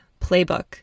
playbook